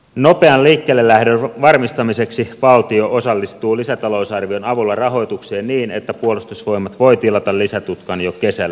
nopean liikkeellelähdön varmistamiseksi valtio osallistuu lisätalousarvion avulla rahoitukseen niin että puolustusvoimat voivat tilata lisätutkan jo kesällä